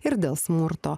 ir dėl smurto